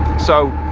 so.